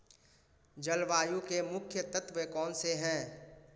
जलवायु के मुख्य तत्व कौनसे हैं?